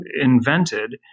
invented